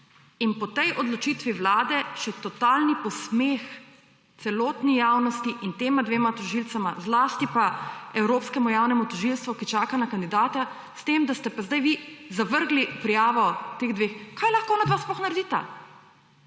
In po tej odločitvi Vlade še totalni posmeh celotni javnosti in tema dvema tožilcema, zlasti pa Evropskemu javnemu tožilstvu, ki čaka na kandidata, s tem, da ste pa zdaj vi zavrgli prijavo teh dveh. Kaj lahko onadva sploh naredita?!